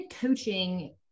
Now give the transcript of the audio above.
coaching